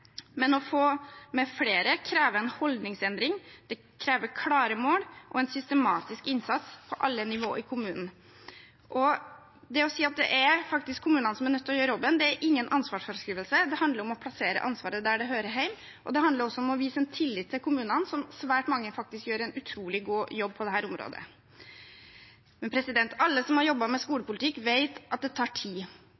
krever klare mål og en systematisk innsats på alle nivåer i kommunen. Det å si at det faktisk er kommunene som er nødt til å gjøre jobben, er ingen ansvarsfraskrivelse. Det handler om å plassere ansvaret der det hører hjemme, og det handler også om å vise tillit til kommunene, for svært mange av dem gjør en utrolig god jobb på dette området. Alle som har jobbet med